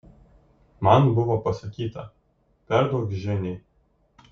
man buvo pasakyta perduok ženiai